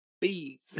Bees